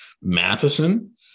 Matheson